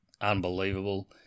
unbelievable